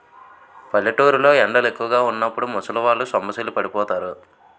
పల్లెటూరు లో ఎండలు ఎక్కువుగా వున్నప్పుడు ముసలివాళ్ళు సొమ్మసిల్లి పడిపోతారు